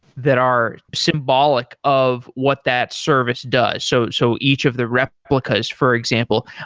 that are symbolic of what that service does, so so each of the replicas for example.